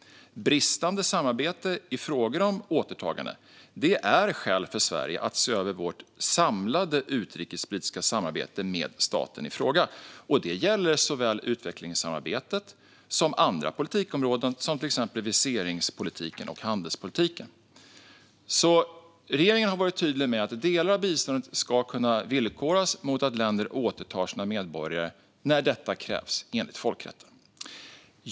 Bristande samarbete i frågor om återtagande är skäl för Sverige att se över sitt samlade utrikespolitiska samarbete med staten i fråga. Det gäller såväl utvecklingssamarbete som andra politikområden, till exempel viseringspolitiken och handelspolitiken. Regeringen har varit tydlig med att delar av biståndet ska kunna villkoras med att länder återtar sina medborgare när detta krävs enligt folkrätten.